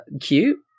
cute